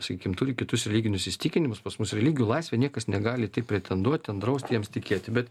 sakykim turi kitus religinius įsitikinimus pas mus religijų laisvė niekas negali pretenduot ten draust jiems tikėti bet